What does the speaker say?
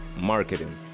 marketing